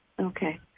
Okay